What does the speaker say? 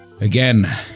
Again